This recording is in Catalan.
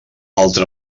altra